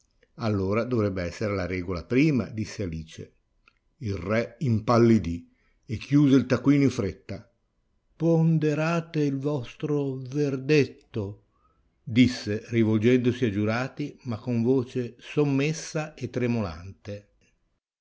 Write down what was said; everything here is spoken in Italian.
allora dovrebbe essere la regola prima disse alice il re impallidì e chiuse il taccuino in fretta ponderate il vostro verdetto disse rivolgendosi a giurati ma con voce sommessa e tremolante